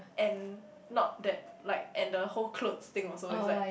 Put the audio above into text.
and not that like and the whole clothes thing also is like